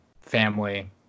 family